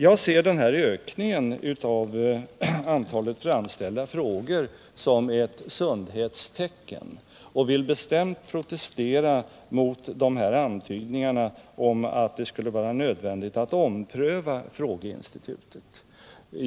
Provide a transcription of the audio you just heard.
Jag ser den här ökningen av antalet framställda frågor som ett sundhetstecken och vill bestämt protestera mot antydningarna om att det skulle vara nödvändigt att ompröva frågeinstitutet.